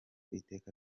iteka